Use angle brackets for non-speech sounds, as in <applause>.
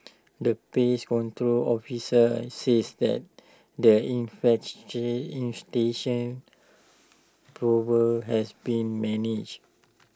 the pest control officer says that the <unintelligible> infestation problem has been managed